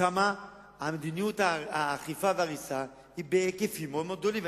מדיניות האכיפה וההריסה היא בהיקפים מאוד גדולים.